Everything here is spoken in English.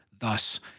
Thus